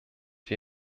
wir